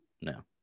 No